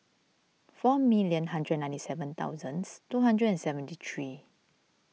four million hundred ninety seven thousands two hundred and seventy three